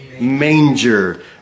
manger